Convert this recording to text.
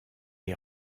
est